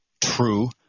true